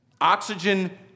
Oxygen